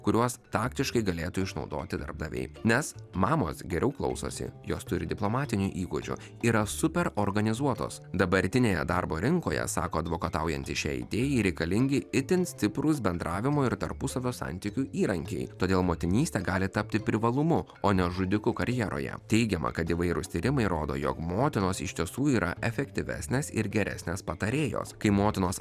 kuriuos taktiškai galėtų išnaudoti darbdaviai nes mamos geriau klausosi jos turi diplomatinių įgūdžių yra super organizuotos dabartinėje darbo rinkoje sako advokataujantys šiai idėjai reikalingi itin stiprūs bendravimo ir tarpusavio santykių įrankiai todėl motinystė gali tapti privalumu o ne žudiku karjeroje teigiama kad įvairūs tyrimai rodo jog motinos iš tiesų yra efektyvesnės ir geresnės patarėjos kai motinos